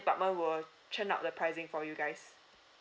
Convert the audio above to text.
department will turn up the pricing for you guys